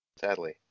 sadly